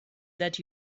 that